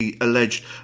alleged